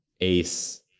ace